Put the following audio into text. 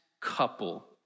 couple